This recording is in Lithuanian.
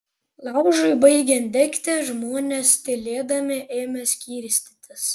laužui baigiant degti žmonės tylėdami ėmė skirstytis